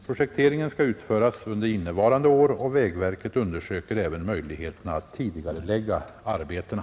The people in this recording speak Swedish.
Projekteringen skall utföras under innevarande år, och vägverket undersöker även möjligheterna att tidigarelägga arbetena.